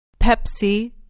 Pepsi